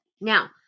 Now